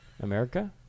America